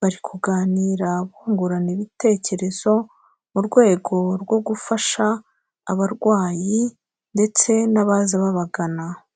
bari kuganira bungurana ibitekerezo, mu rwego rwo gufasha abarwayi ndetse n'abaza babagana.